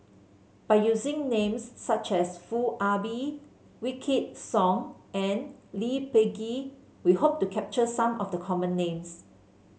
by using names such as Foo Ah Bee Wykidd Song and Lee Peh Gee we hope to capture some of the common names